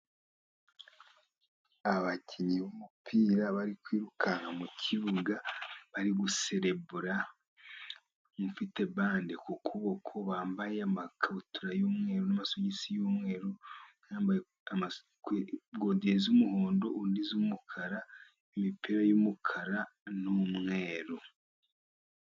Abakinnyi b'umupira bari kwirukanka mu kibuga, bari guserebura, bafite bande ku kuboko, bambaye amakabutura y'umweru, amasogisi y'umweru, yambaye amagodiye z'umuhondo n'iz'umukara, imipira y'umukara n'umweru.